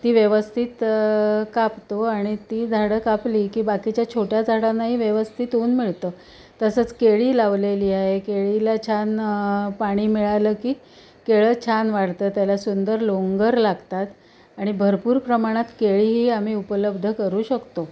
ती व्यवस्थित कापतो आणि ती झाडं कापली की बाकीच्या छोट्या झाडांनाही व्यवस्थित ऊन मिळतं तसंच केळी लावलेली आहे केळीला छान पाणी मिळालं की केळं छान वाढतं त्याला सुंदर लोंगर लागतात आणि भरपूर प्रमाणात केळीही आम्ही उपलब्ध करू शकतो